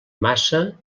massa